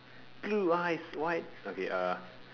blue eyes white okay uh